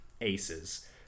aces